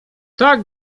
tak